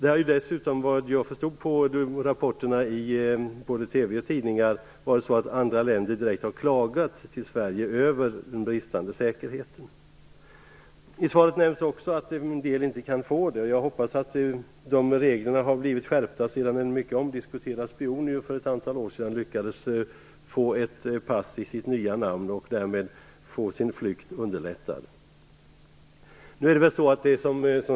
Att döma av rapporter i både TV och tidningar har andra länder direkt framfört klagomål till Sverige över den bristande säkerheten. I svaret nämns att en del inte kan få pass. Jag hoppas att de reglerna har skärpts efter det att en mycket omdiskuterad spion för ett antal år sedan lyckades få ett pass i sitt nya namn och därmed få sin flykt underlättad.